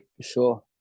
sure